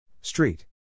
Street